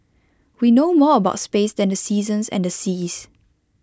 we know more about space than the seasons and the seas